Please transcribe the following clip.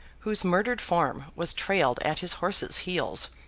whose murdered form was trailed at his horse's heels!